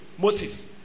Moses